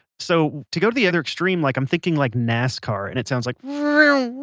so, to go to the other extreme, like i'm thinking like nascar and it sounds like vroom